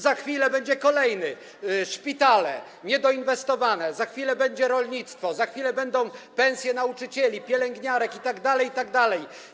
Za chwilę będzie kolejny: niedoinwestowane szpitale, za chwilę będzie rolnictwo, za chwilę będą pensje nauczycieli, pielęgniarek itd., itd.